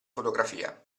fotografia